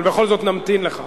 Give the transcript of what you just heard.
אבל בכל זאת נמתין לך.